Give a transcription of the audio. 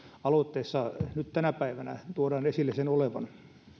aloitteessa nyt tänä päivänä tuodaan esille sen olevan